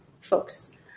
folks